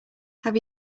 have